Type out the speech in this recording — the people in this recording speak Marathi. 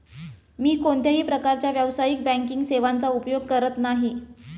मी कोणत्याही प्रकारच्या व्यावसायिक बँकिंग सेवांचा उपयोग करत नाही